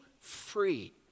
free